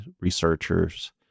researchers